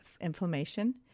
inflammation